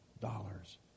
dollars